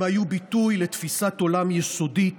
הם היו ביטוי לתפיסת עולם יסודית